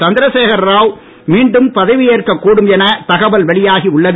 சந்திர சேகர் ராவ் மீண்டும் பதவி ஏற்க கூடும் என தகவல் வெளியாகி உள்ளது